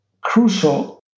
crucial